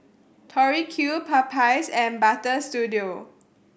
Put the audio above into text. Tori Q Popeyes and Butter Studio